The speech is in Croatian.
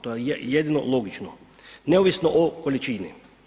To je jedino logično, neovisno o količini.